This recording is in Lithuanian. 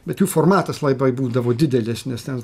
bet jų formatas laibai būdavo didelės nes ten